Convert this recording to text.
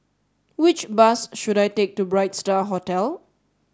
which bus should I take to Bright Star Hotel